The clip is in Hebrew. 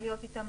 להיות איתם,